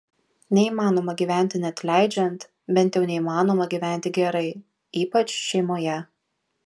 neįmanoma gyventi neatleidžiant bent jau neįmanoma gyventi gerai ypač šeimoje